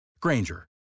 Granger